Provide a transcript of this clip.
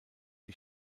die